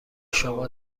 شما